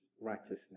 righteousness